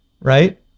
right